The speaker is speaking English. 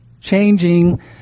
changing